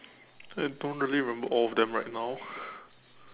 I don't really remember all of them right now